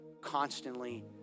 constantly